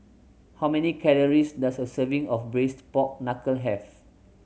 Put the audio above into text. how many calories does a serving of Braised Pork Knuckle have